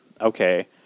Okay